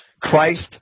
Christ